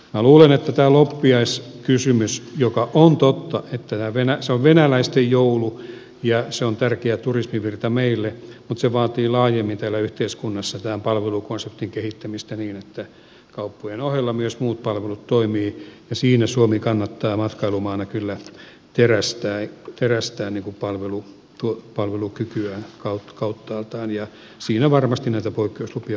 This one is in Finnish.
minä luulen että tämä loppiaiskysymys on totta että se on venäläisten joulu ja merkitsee tärkeää turismivirtaa meille vaatii laajemmin täällä yhteiskunnassa tämän palvelukonseptin kehittämistä niin että kauppojen ohella myös muut palvelut toimivat ja siinä suomen kannattaa matkailumaana kyllä terästää palvelukykyään kauttaaltaan ja siinä varmasti näitä poikkeuslupia tullaan tarvitsemaan